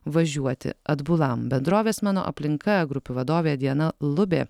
važiuoti atbulam bendrovės mano aplinka grupių vadovė diana lubė